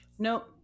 No